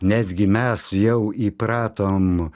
netgi mes jau įpratom